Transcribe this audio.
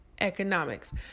economics